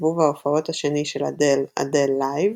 לסיבוב ההופעות השני של אדל "Adele Live",